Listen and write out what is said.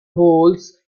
holes